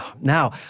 Now